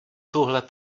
tuhle